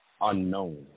unknown